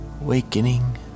awakening